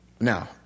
Now